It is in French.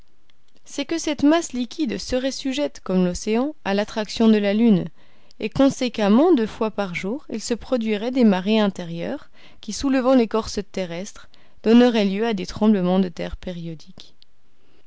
c'est que cette masse liquide serait sujette comme l'océan à l'attraction de la lune et conséquemment deux fois par jour il se produirait des marées intérieures qui soulevant l'écorce terrestre donneraient lieu à des tremblements de terre périodiques